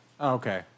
Okay